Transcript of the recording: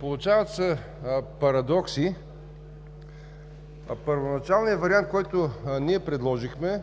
Получават се парадокси. Първоначалният вариант, който ние предложихме,